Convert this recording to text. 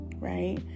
Right